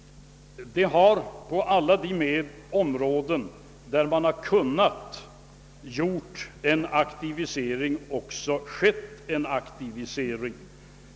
Det har på alla de områden, där man har kunnat göra en aktivisering, också skett en aktivisering.